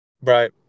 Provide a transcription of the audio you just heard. Right